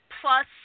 plus